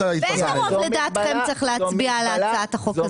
באיזה רוב לדעתכם צריך להצביע על הצעת החוק הזאת?